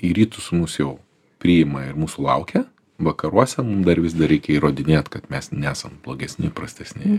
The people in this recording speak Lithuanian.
į rytus mus jau priima ir mūsų laukia vakaruose dar vis dar reikia įrodinėt kad mes nesam blogesni prastesni